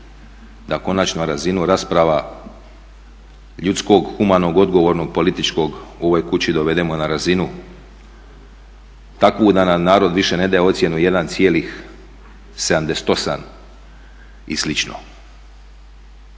da konačno razinu rasprava ljudskog, humanog, odgovornog, političkog u ovoj kući dovedemo na razinu takvu da nam narod više ne daje ocjenu 1,78 i